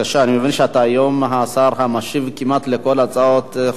אני מבין שאתה היום השר המשיב כמעט על כל הצעות חוק.